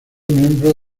miembro